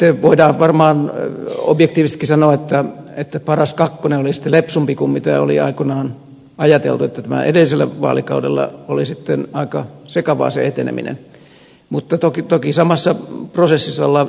sitten voidaan varmaan objektiivisestikin sanoa että paras kakkonen oli sitten lepsumpi kuin oli aikoinaan ajateltu että edellisellä vaalikaudella oli aika sekavaa se eteneminen mutta toki samassa prosessissa ollaan edelleen mukana